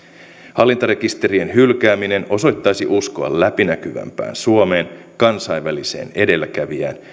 hallintarekisterien hylkääminen osoittaisi uskoa läpinäkyvämpään suomeen kansainväliseen edelläkävijään